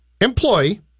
employee